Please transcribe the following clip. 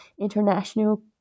international